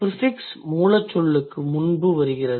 prefix மூலச்சொல்லுக்கு முன்பு வருகிறது